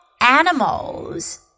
animals